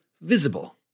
Visible